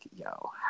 yo